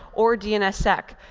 or dnssec,